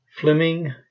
Fleming